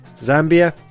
Zambia